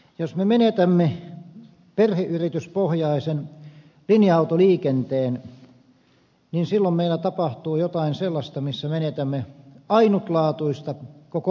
jos me menetämme perheyrityspohjaisen linja autoliikenteen silloin meillä tapahtuu jotain sellaista missä menetämme jotain ainutlaatuista koko maailmassa